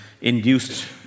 induced